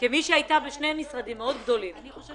עומד